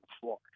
floor